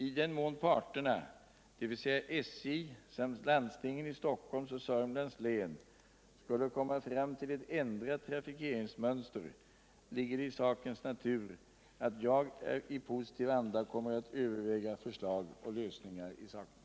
I den mån parterna, dvs. SJ samt landstingen i Stockholms och Södermanlands län, skulle komma fram till ett ändrat trafikeringsmönster ligger det i sakens natur att jag i positiv anda kommer att överväga förslag och lösningar i saken.